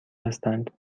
هستند